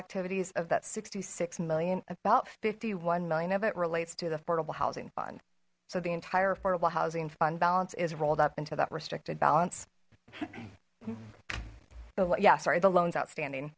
activities of that sixty six million about fifty one million of it relates to the affordable housing fund so the entire affordable housing fund balance is rolled up into that restricted balance yeah sorry the loans outstanding